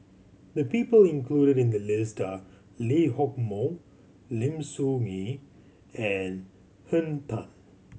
the people included in the list are Lee Hock Moh Lim Soo Ngee and Henn Tan